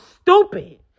stupid